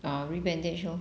ah rebandage lor